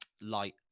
light